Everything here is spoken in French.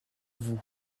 vous